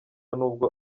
n’ubwo